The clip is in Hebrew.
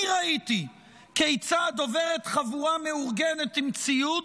אני ראיתי כיצד עוברת חבורה מאורגנת עם ציוד